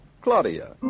Claudia